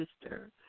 sister